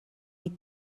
des